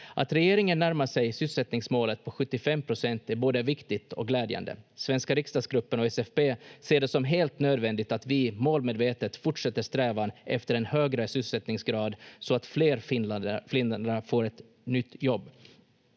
Att regeringen närmar sig sysselsättningsmålet på 75 procent är både viktigt och glädjande. Svenska riksdagsgruppen och SFP ser det som helt nödvändigt att vi målmedvetet fortsätter strävan efter en högre sysselsättningsgrad så att fler finländare får ett nytt jobb.